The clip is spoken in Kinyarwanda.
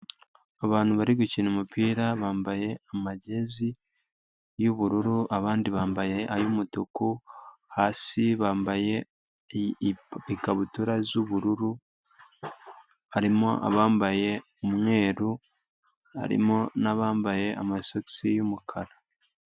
Abantu bari gukina umupira, bambaye amagezi y'ubururu abandi bambaye ay'umutuku, hasi bambaye ikabutura z'ubururu, harimo abambaye umweru, harimo n'abambaye amasosi y'umukara.